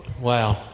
Wow